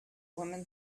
woman